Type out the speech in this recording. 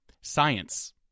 Science